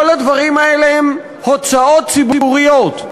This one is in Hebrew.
כל הדברים האלה הם הוצאות ציבוריות.